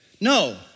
No